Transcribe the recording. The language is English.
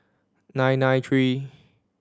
nine nine three